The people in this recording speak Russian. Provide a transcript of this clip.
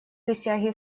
присяге